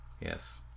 yes